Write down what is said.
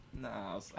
Nah